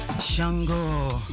Shango